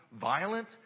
violent